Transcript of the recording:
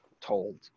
told